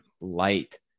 light